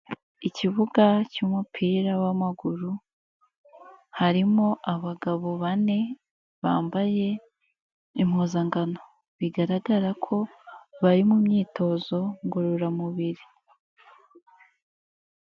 Ikibuga cy'umupira w'amaguru, harimo abagabo bane bambaye impuzankano, bigaragara ko bari mu myitozo ngororamubiri.